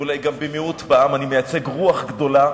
ואולי גם במיעוט בעם, אני מייצג רוח גדולה